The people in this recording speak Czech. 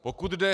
Pokud jde...